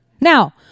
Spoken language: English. Now